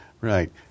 Right